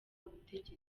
ubutegetsi